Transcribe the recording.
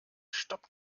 stopp